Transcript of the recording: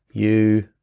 you,